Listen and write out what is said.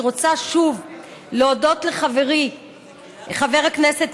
אני רוצה שוב להודות לחברי חבר הכנסת